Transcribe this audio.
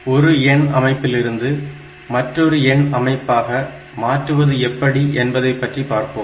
ஒரு எண் அமைப்பிலிருந்து மற்றொரு எண் அமைப்பாக மாற்றுவது எப்படி என்பதை பற்றி பார்ப்போம்